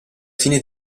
fine